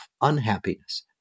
unhappiness